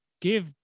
give